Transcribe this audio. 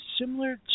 similar